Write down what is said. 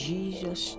Jesus